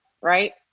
right